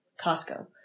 Costco